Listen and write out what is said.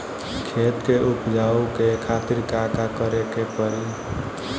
खेत के उपजाऊ के खातीर का का करेके परी?